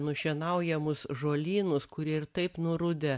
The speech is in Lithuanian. nušienauja mus žolynus kurie ir taip nurudę